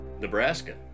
Nebraska